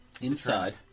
Inside